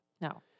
No